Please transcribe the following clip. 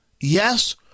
Yes